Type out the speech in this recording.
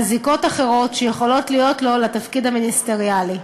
זיקות אחרות שיכולות להיות לו לתפקיד המיניסטריאלי.